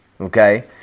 okay